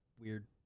weird